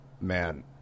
man